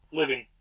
living